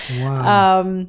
Wow